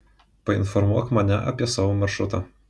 painformuok mane apie savo maršrutą